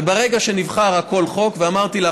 וברגע שנבחר שהכול חוק, ואמרתי לך,